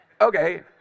Okay